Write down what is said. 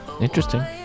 Interesting